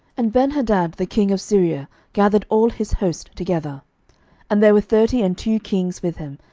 and benhadad the king of syria gathered all his host together and there were thirty and two kings with him,